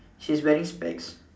she's wearing specs